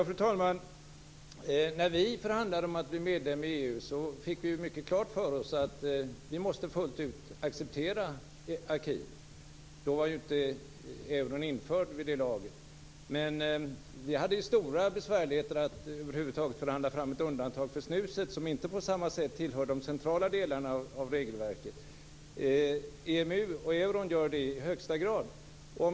Fru talman! När vi förhandlade om att Sverige skulle bli medlem i EU fick vi mycket klart för oss att vi fullt ut måste acceptera akin. Vid det laget var euron inte införd. Vi hade stora besvärligheter med att över huvud taget förhandla fram ett undantag för snuset, som inte på samma sätt tillhör de centrala delarna av regelverket. EMU och euron gör det i högsta grad.